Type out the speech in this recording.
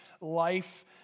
life